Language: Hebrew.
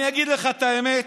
אני אגיד לך את האמת,